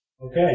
Okay